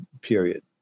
Period